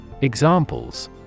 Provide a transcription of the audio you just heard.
Examples